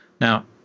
Now